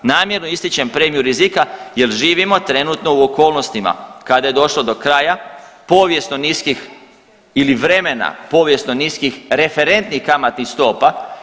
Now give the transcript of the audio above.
Namjerno ističem nižu premiju rizika, jer živimo trenutno u okolnostima kada je došlo do kraja povijesno niskih ili vremena povijesno niskih referentnih kamatnih stopa.